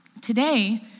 Today